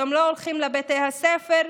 יום לא הולכים לבתי הספר.